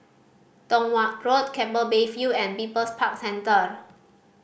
Tong Watt Road Keppel Bay View and People's Park Centre